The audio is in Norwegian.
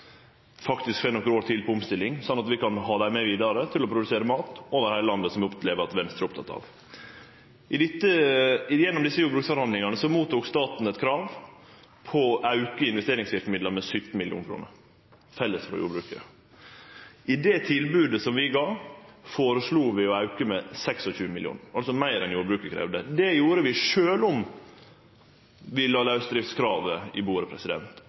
faktisk får nokre år til på omstilling, sånn at vi kan ha dei med oss vidare for å produsere mat over heile landet, som eg opplever at Venstre er oppteke av. Gjennom desse jordbruksforhandlingane fekk staten eit krav om å auke investeringsverkemidla med 17 mill. kr – felles for jordbruket. I det tilbodet som vi gav, føreslo vi å auke med 26 mill. kr, altså meir enn det jordbruket kravde. Det gjorde vi sjølv om vi la lausdriftskravet på bordet.